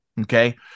okay